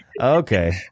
Okay